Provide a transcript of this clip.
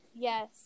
Yes